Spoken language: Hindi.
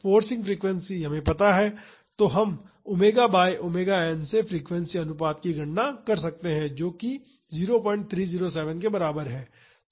फोर्सिंग फ्रीक्वेंसी ज्ञात है तो हम ओमेगा बाई ओमेगा एन से फ्रीक्वेंसी अनुपात की गणना कर सकते हैं जो कि 0307 के बराबर है